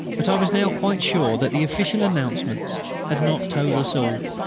but i was now quite sure that the official announcements had not told us all.